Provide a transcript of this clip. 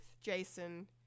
Jason